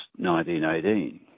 1918